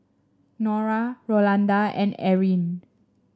Nora Rolanda and Erin